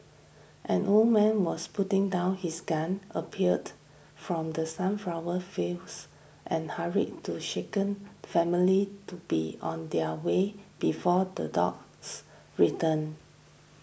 an old man was putting down his gun appeared from the sunflower fields and hurried to shaken family to be on their way before the dogs return